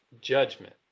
Judgment